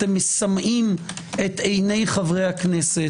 אתם מסמאים את עיני חברי הכנסת.